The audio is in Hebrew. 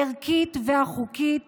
הערכית והחוקית